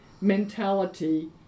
mentality